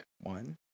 One